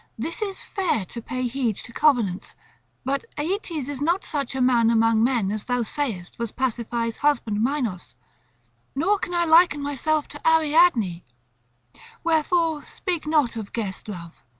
this is fair to pay heed to covenants but aeetes is not such a man among men as thou sayest was pasiphae's husband, minos nor can i liken myself to ariadne wherefore speak not of guest-love.